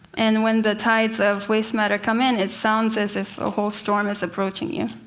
and when the tides of waste matter come in it sounds as if a whole storm is approaching you.